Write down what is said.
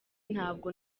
ntabwo